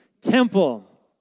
Temple